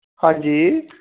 ਹਾਂਜੀ